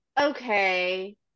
okay